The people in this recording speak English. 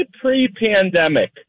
pre-pandemic